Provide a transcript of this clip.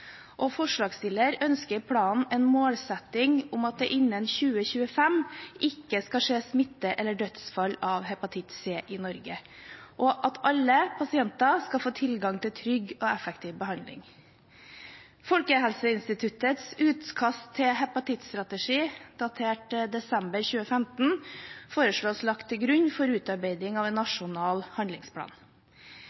ønsker i planen en målsetting om at det innen 2025 ikke skal skje smitte eller dødsfall av hepatitt C i Norge, og at alle pasienter skal få tilgang til trygg og effektiv behandling. Folkehelseinstituttets utkast til hepatittstrategi, datert desember 2015, foreslås lagt til grunn for utarbeiding av en